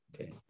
okay